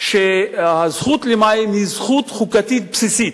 שהזכות למים היא זכות חוקתית בסיסית,